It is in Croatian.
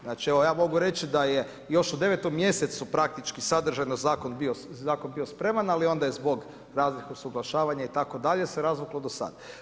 Znači evo ja mogu reći da je još u 9 mj praktički sadržajno zakon bio spreman ali onda je zbog raznog usuglašavanja itd. se razvuklo do sad.